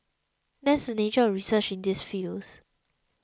that's just the nature of research in these fields